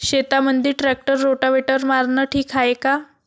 शेतामंदी tractor rotavator मारनं ठीक हाये का?